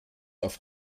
auf